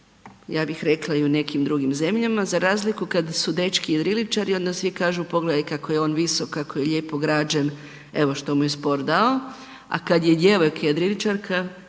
ja bih rekla, i u nekim drugim zemljama, za razliku kad su dečki jedriličari onda svi kažu pogledaj kako je on visok, kako je lijepo građen, evo što mu je sport dao, a kad je djevojka jedriličarka